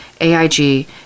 aig